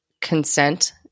consent